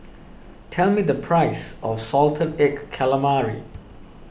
tell me the price of Salted Egg Calamari